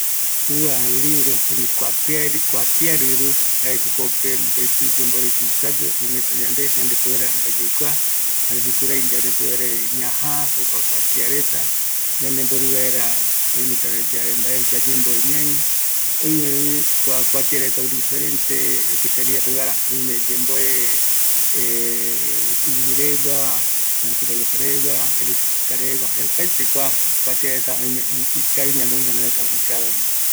Mopetɨ kuatiarɨru, jaeko ikavigueva, jokoropi ouvi yanderakua vaera, jokope ñavae öime mbaere ñanekɨreɨ yaikuayave, öime jeta mbaekuatia rɨrureta ou, opaete pegua